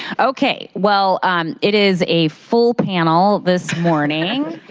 okay, well it is a full panel this morning.